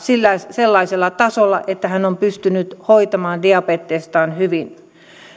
sellaisella tasolla että hän on pystynyt hoitamaan diabetestaan hyvin